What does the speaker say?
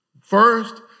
First